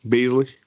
Beasley